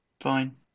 Fine